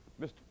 Mr